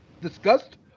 discussed